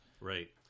Right